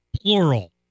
plural